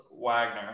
Wagner